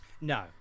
no